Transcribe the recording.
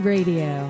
Radio